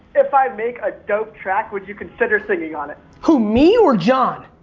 if i make a dope track, would you consider singing on it? who me or john?